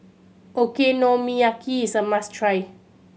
okonomiyaki is a must try